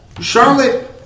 Charlotte